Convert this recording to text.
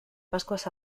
pascuas